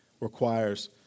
requires